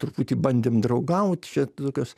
truputį bandėm draugaut čia tokios